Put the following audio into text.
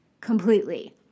completely